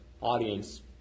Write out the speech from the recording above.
audience